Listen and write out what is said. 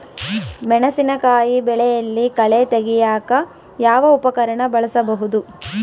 ಮೆಣಸಿನಕಾಯಿ ಬೆಳೆಯಲ್ಲಿ ಕಳೆ ತೆಗಿಯಾಕ ಯಾವ ಉಪಕರಣ ಬಳಸಬಹುದು?